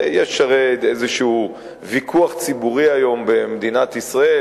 ויש הרי היום איזה ויכוח ציבורי במדינת ישראל,